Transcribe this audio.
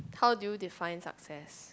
how do you define success